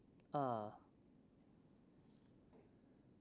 ah